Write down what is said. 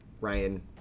Ryan